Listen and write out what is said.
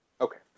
Okay